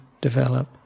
develop